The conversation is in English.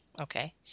Okay